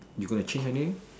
you're gonna change something